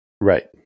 Right